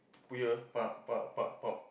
put here eh Pa Pa Pa Pa